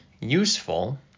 useful